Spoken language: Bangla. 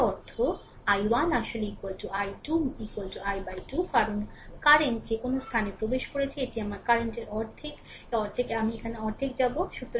এর অর্থ i1 আসলে i2 i 2 কারণ কারেন্ট যে কোনও স্থানে প্রবেশ করছে এটি আমার কারেন্টের অর্ধেকের অর্ধেক আমি এখানে যাব অর্ধেক আমি এখানে যাব